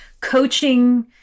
coaching